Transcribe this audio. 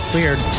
Weird